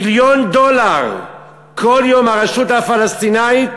מיליון דולר כל יום הרשות הפלסטינית